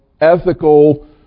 ethical